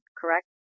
correct